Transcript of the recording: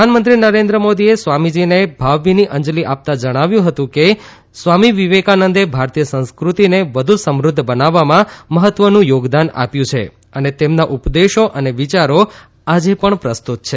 પ્રધાનમંત્રી નરેન્દ્ર મોદીએ સ્વામીજીને ભાવભીની અંજલિ આપતા જણાવ્યું હતું કે સ્વામી વિવેકાનંદે ભારતીય સંસ્ક્રતિને વધુ સમૂદ્ધ બનાવવામાં મહત્વનું થોગદાન આપ્યું છે અને તેમના ઉપદેશો અને વિચારો આજે પણ પ્રસ્તુત છે